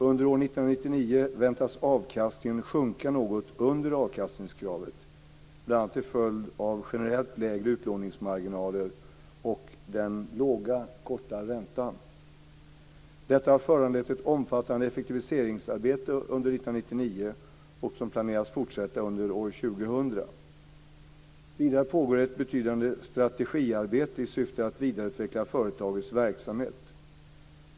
Under år 1999 väntas avkastningen sjunka något under avkastningskravet bl.a. till följd av generellt lägre utlåningsmarginaler och den låga korta räntan. Detta har föranlett ett omfattande effektiviseringsarbete under 1999 och som planeras fortsätta under år 2000. Vidare pågår ett betydande strategiarbete i syfte att vidareutveckla företagets verksamhet.